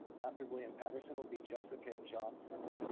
after william patterson will be jessica johnson.